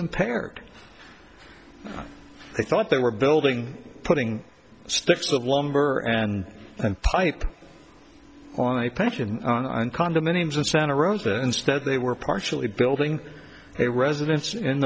impaired i thought they were building putting sticks of lumber and and pipe on a pension and condominiums in santa rosa instead they were partially building a residence in